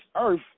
earth